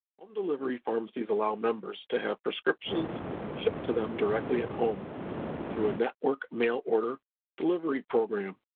home delivery pharmacies allow members to have prescriptions shipped to them directly at home through a network mail order delivery program,